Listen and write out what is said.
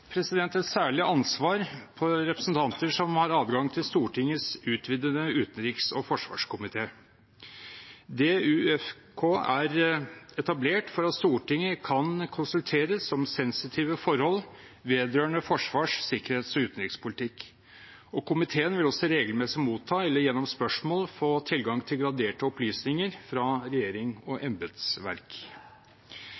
et særlig ansvar på representanter som har adgang til Stortingets utvidede utenriks- og forsvarskomité. DUUFK er etablert for at Stortinget kan konsulteres om sensitive forhold vedrørende forsvars-, sikkerhets- og utenrikspolitikk, og komiteen vil også regelmessig motta eller gjennom spørsmål få tilgang til graderte opplysninger fra regjering og